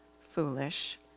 foolish